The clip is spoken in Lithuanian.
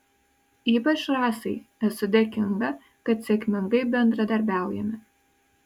ypač rasai esu dėkinga kad sėkmingai bendradarbiaujame